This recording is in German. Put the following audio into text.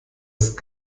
ist